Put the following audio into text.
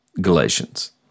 Galatians